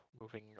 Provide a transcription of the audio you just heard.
Moving